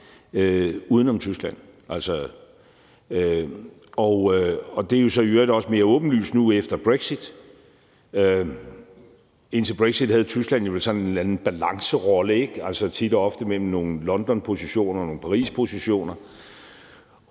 uden om Tyskland. Og det er jo så i øvrigt også mere åbenlyst nu efter brexit. Indtil brexit havde Tyskland vel sådan en eller anden balancerolle, altså tit og ofte mellem nogle londonpositioner og nogle parispositioner,